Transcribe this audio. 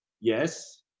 yes